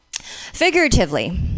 Figuratively